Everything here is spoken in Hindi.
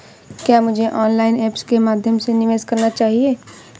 क्या मुझे ऑनलाइन ऐप्स के माध्यम से निवेश करना चाहिए?